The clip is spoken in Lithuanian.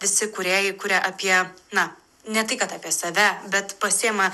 visi kūrėjai kuria apie na ne tai kad apie save bet pasiima